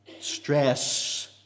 stress